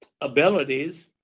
abilities